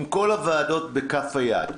עם כל הוועדות בכף היד.